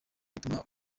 bituma